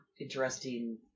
interesting